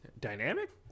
Dynamic